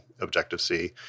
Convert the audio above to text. Objective-C